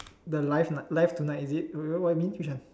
the live uh live tonight is it wait wait what you mean which one